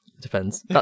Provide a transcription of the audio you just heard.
depends